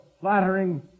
flattering